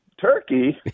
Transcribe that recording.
Turkey